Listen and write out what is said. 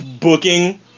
booking